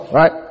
right